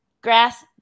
Grass